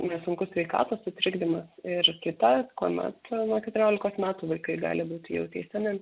nesunkus sveikatos sutrikdymas ir kita kuomet nuo keturiolikos metų vaikai gali būt jau teisiami